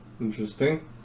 interesting